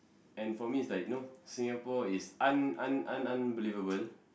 and for me it's like you know Singapore is un~ un~ un~ unbelievable